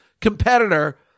competitor